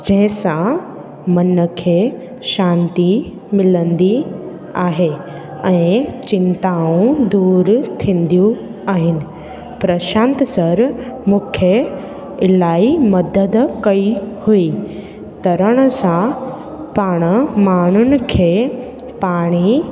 जंहिंसां मन खे शांती मिलंदी आहे ऐं चिंताऊं दूरु थींदियूं आहिनि प्रशांत सर मूंखे इलाही मदद कई हुई तरण सां पाण माण्हुनि खे पाणी